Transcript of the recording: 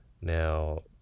now